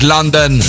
London